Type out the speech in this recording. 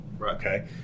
okay